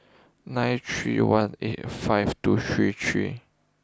nine three one eight five two three three